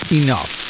enough